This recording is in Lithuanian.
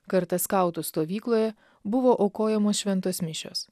kartą skautų stovykloje buvo aukojamos šventos mišios